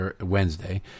Wednesday